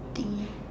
thingy